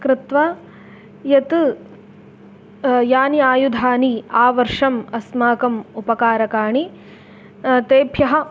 कृत्वा यत् यानि आयुधानि आवर्षम् अस्माकम् उपकारकाणि तेभ्यः